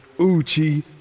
Uchi